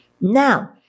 Now